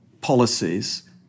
policies